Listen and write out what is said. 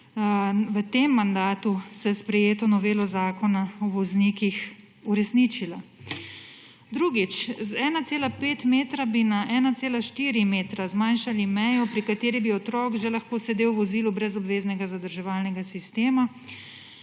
v tem mandatu s sprejeto novelo zakona o voznikih uresničila. Drugič, z 1,5 metra bi na 1,4 metra zmanjšali mejo, pri kateri bi otrok že lahko sedel v vozilu brez obveznega zadrževalnega sistema,